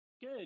good